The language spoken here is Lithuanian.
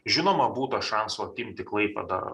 žinoma būta šansų atimti klaipėdą